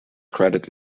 credit